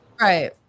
Right